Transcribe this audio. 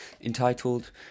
Entitled